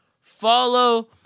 Follow